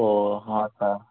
ଓ ହଁ ସାର୍